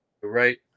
Right